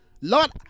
Lord